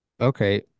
okay